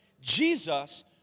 Jesus